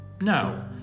No